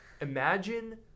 Imagine